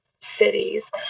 cities